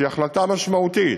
שהיא החלטה משמעותית,